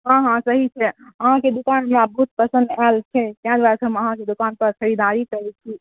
हँ हँ सही छै अहाँकेँ दुकान हमरा बहुत पसन्द आयल छै तै लऽ हम अहाँकेँ दोकान पर खरीददारी करै छी